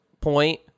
point